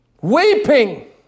Weeping